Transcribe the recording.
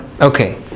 Okay